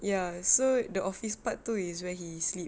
ya so the office part tu is where he sleep